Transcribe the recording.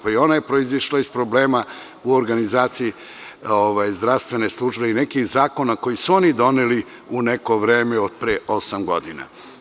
Pa, i ona je proizašla iz problema u organizaciji zdravstvene službe i nekih zakona koje su oni doneli u neko vreme od pre osam godina.